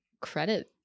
credit